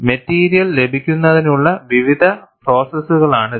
material ലഭിക്കുന്നതിനുള്ള വിവിധ പ്രോസസ്സുകളാണ് ഇത്